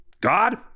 God